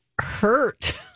hurt